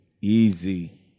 Easy